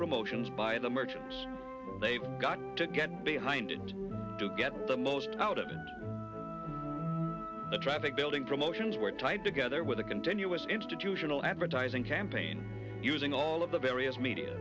promotions by the merchants they've got to get behind it to get the most out of the traffic building promotions were tied together with a continuous institutional advertising campaign using all of the various